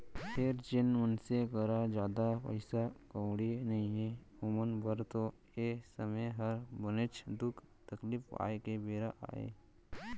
फेर जेन मनसे करा जादा पइसा कउड़ी नइये ओमन बर तो ए समे हर बनेच दुख तकलीफ पाए के बेरा अय